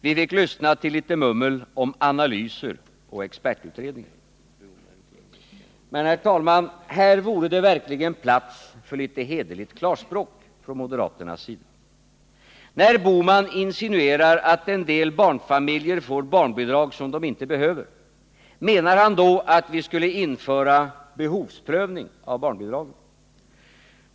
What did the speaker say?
Vi fick lyssna till litet mummel om analyser och expertutredningar. Men, herr talman, här vore det verkligen plats för litet hederligt klarspråk från moderaternas sida. När Gösta Bohman insinuerar att en del barnfamiljer får barnbidrag som de inte behöver, menar han då att vi skulle införa behovsprövning av barnbidragen?